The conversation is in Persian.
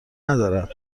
ندارد